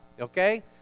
okay